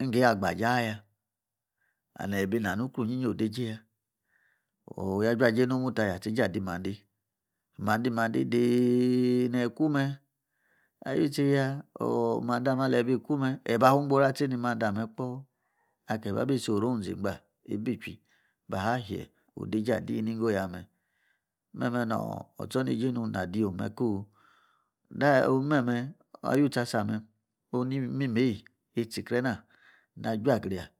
ingaie agbaje aya and yibu nano ukrou ode- jie aya kiya juajie asmes no'mar ta ya tsajie tsa'jie ade mande, mande, mande dee niktume ayu tse ya, mande amen alayi-kume ayi ba wun-gboru atsi ni mande ameh kpo aka bi isi orung ziagba ibi ichiui ibaa'-shie ode-jie adi nigo ya me mme nor otso-niejie nu na adithom me' ko mme ayutse asa mme' onw ni mimien itsikre na ajua-grinya